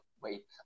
wait